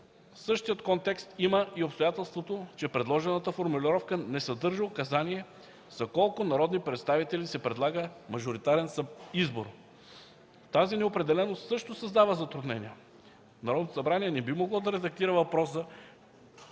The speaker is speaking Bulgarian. Същият контекст има и обстоятелството, че предложената формулировка не съдържа указание за колко народните представители се предлага мажоритарен избор. Тази неопределеност също създава затруднения. Народното събрание не би могло да редактира въпроса